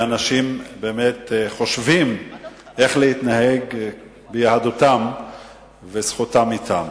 ואנשים באמת חושבים איך להתנהג ביהדותם וזכותם אתם.